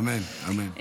אמן, אמן.